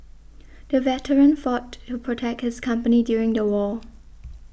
the veteran fought to protect his country during the war